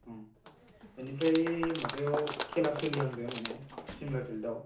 उम एनिफ्राय माबायाव खेला सोलिहांदो माने सिम्ला फिल्डआव